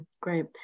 Great